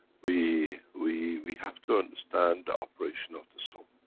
we, we we have to understand the operation of the soul.